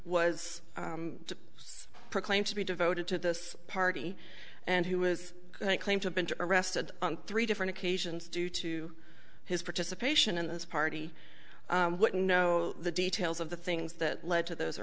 was proclaimed to be devoted to this party and who was i claim to have been arrested on three different occasions due to his participation in this party know the details of the things that led to those